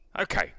Okay